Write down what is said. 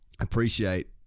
appreciate